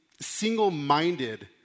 single-minded